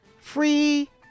free